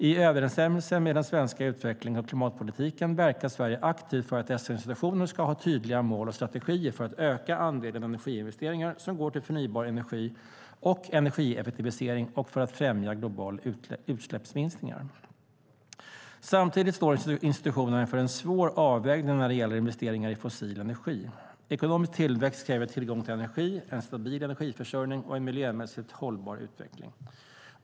I överensstämmelse med den svenska utvecklings och klimatpolitiken verkar Sverige aktivt för att dessa institutioner ska ha tydliga mål och strategier för att öka andelen energiinvesteringar som går till förnybar energi och energieffektivisering och för att främja globala utsläppsminskningar. Samtidigt står institutionerna inför en svår avvägning när det gäller investeringar i fossil energi. Ekonomisk tillväxt kräver tillgång till energi, en stabil energiförsörjning och en miljömässigt hållbar utveckling.